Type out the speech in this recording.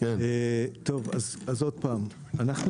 אפילו